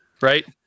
right